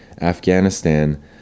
Afghanistan